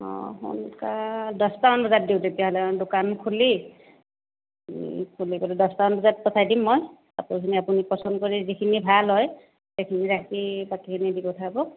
অঁ সোনকাল দহটা মান বজাত দিওঁ তেতিয়াহ'লে অঁ দোকান খুলি খুলি পেলাই দহটা মান বজাত পঠাই দিম মই কাপোৰখিনি আপুনি পছন্দ কৰি যিখিনি ভাল হয় সেইখিনি ৰাখি বাকীখিনি দি পঠাব